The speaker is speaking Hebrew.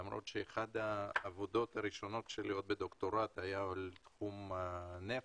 למרות שאחת העבודות הראשונות שלי עוד בדוקטורט היה בתחום הנפט,